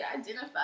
identify